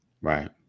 Right